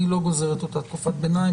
אני לא גוזר את אותה תקופת ביניים.